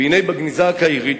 והנה, בגניזה הקהירית